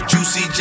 Juicy